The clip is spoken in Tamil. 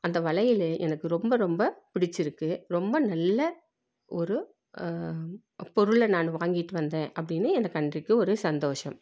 அந்த வளையல் எனக்கு ரொம்ப ரொம்ப பிடிச்சுருக்கு ரொம்ப நல்ல ஒரு பொருளை நான் வாங்கிட்டு வந்தேன் அப்படின்னு எனக்கு அன்றைக்கு ஒரே சந்தோஷம்